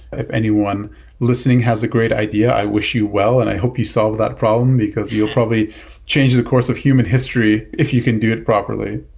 if anyone listening has a great idea, i wish you well and i hope you solve that problem, because you're probably changing the course of human history if you can do it properly.